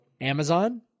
Amazon